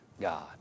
God